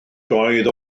doedd